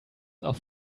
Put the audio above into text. auf